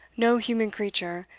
no human creature,